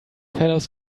fellows